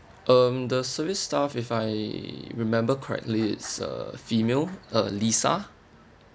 um the service staff if I remember correctly it's a female uh lisa